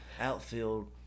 outfield